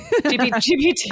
gpt